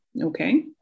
okay